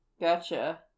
Gotcha